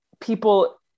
people